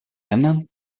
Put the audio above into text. länder